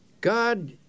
God